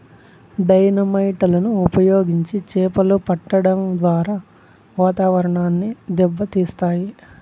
dynamite లను ఉపయోగించి చాపలు పట్టడం ద్వారా వాతావరణాన్ని దెబ్బ తీస్తాయి